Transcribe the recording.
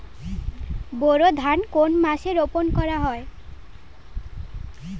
বোরো ধান কোন মাসে রোপণ করা হয়?